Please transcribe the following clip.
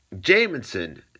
Jamison